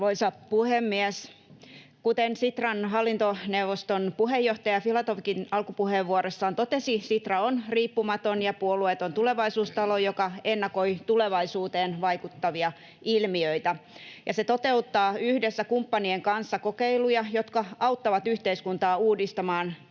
Arvoisa puhemies! Kuten Sitran hallintoneuvoston puheenjohtaja Filatovkin alkupuheenvuorossaan totesi, Sitra on riippumaton ja puolueeton tulevaisuustalo, joka ennakoi tulevaisuuteen vaikuttavia ilmiöitä, ja se toteuttaa yhdessä kumppanien kanssa kokeiluja, jotka auttavat yhteiskuntaa uudistumaan ja vahvistavat